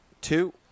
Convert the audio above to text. two